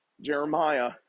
Jeremiah